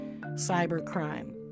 cybercrime